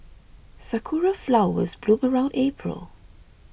sakura flowers bloom around April